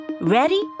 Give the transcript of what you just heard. Ready